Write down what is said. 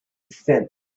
thin